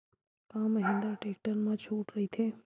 का महिंद्रा टेक्टर मा छुट राइथे?